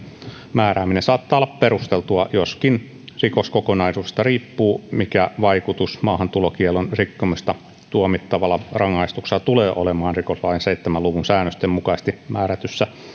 määrääminen saattaa olla perusteltua joskin rikoskokonaisuudesta riippuu mikä vaikutus maahantulokiellon rikkomisesta tuomittavalla rangaistuksella tulee olemaan rikoslain seitsemän luvun säännösten mukaisesti määrätyssä